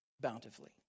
bountifully